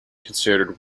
considered